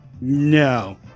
No